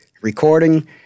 recording